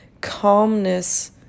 calmness